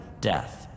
death